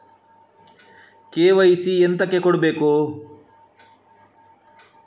KYC ಎಂತಕೆ ಕೊಡ್ಬೇಕು?